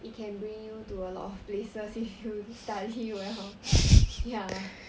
it can bring you to a lot of places if you study well ya